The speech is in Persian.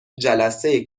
جلسه